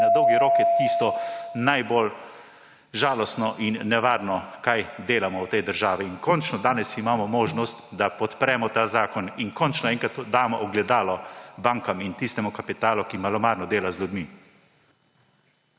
in na dolgi rok je tisto najbolj žalostno in nevarno, kar delamo v tej državi. Končno imamo danes možnost, da podpremo ta zakon, in končno enkrat tudi damo ogledalo bankam in tistemu kapitalu, ki malomarno dela z ljudmi.